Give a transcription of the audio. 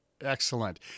Excellent